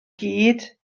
gyd